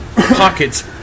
pockets